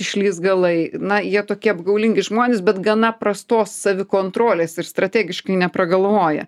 išlįs galai na jie tokie apgaulingi žmonės bet gana prastos savikontrolės ir strategiškai nepragalvoja